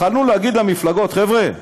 יכולנו להגיד למפלגות: חבר'ה,